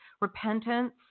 repentance